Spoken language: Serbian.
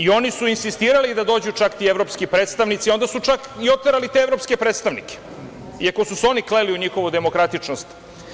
Oni su insistirali da dođu čak ti evropski predstavnici, i onda su čak i oterali te evropske predstavnike, iako su se oni kleli u njihovu demokratičnost.